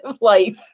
life